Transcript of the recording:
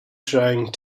trying